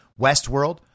Westworld